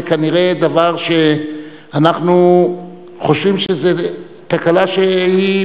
זה כנראה דבר שאנחנו חושבים שזאת תקלה שהיא